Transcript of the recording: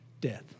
death